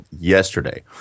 yesterday